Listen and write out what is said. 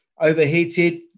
overheated